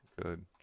Good